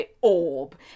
orb